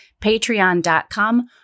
patreon.com